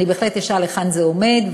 אני בהחלט אשאל היכן זה עומד,